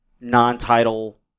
non-title